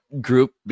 group